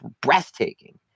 breathtaking